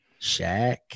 Shaq